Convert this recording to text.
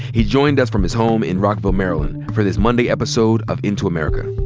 he joined us from his home in rockville, maryland, for this monday episode of into america.